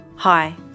Hi